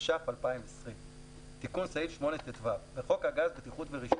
התש"ף-2020 תיקון סעיף 8טו בחוק הגז (בטיחות ורישוי),